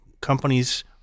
companies